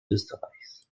österreichs